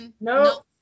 no